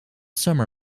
summer